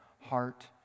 heart